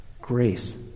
grace